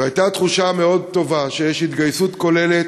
והייתה תחושה מאוד טובה, שיש התגייסות כוללת